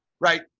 right